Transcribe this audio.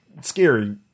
scary